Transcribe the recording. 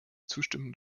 zustimmung